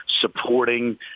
supporting